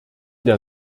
der